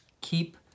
Keep